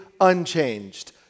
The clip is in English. unchanged